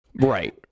right